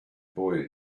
boy